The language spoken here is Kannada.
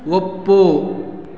ಒಪ್ಪು